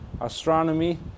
astronomy